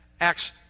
Acts